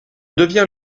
devient